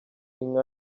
inka